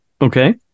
Okay